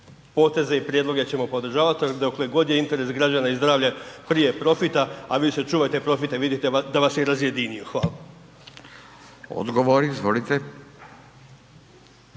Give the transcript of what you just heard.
poteze i prijedloge ćemo podržavat dokle god je interes građana i zdravlje prije profita, a vi ste čuvajte profita i vidite da vas je i razjedinio. Hvala. **Radin, Furio